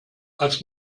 als